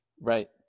Right